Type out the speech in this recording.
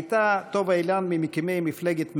הייתה טובה אילן ממקימי מפלגת מימד,